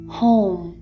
home